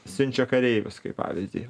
siunčia kareivius kaip pavyzdį